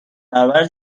برابر